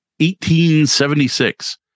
1876